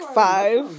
five